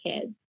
kids